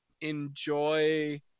enjoy